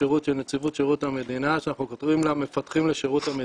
השירות של נציבות שירות המדינה שאנחנו קוראים לה 'מפתחים לשירות המדינה',